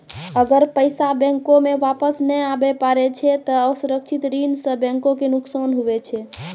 अगर पैसा बैंको मे वापस नै आबे पारै छै ते असुरक्षित ऋण सं बैंको के नुकसान हुवै छै